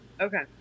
Okay